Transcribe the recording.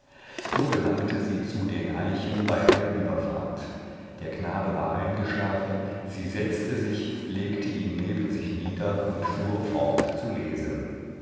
so gelangte sie zu den eichen bei der überfahrt der knabe war eingeschlafen sie setzte sich legte ihn neben sich nieder und fuhr fort zu lesen